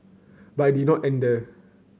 but it did not end there